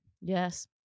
Yes